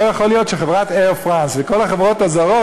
לא יכול להיות שחברת "אייר פראנס" וכל החברות הזרות,